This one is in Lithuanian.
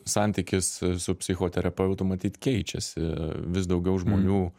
santykis su psichoterapeutu matyt keičiasi vis daugiau žmonių